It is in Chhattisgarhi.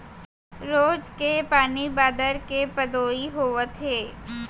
रोज के पानी बादर के पदोई होवत हे